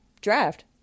draft